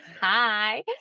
Hi